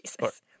Jesus